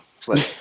play